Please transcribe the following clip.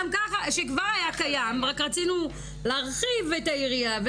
שכבר היה קיים ורק רצינו להרחיב את היריעה,